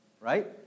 Right